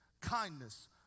kindness